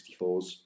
64s